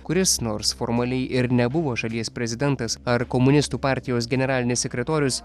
kuris nors formaliai ir nebuvo šalies prezidentas ar komunistų partijos generalinis sekretorius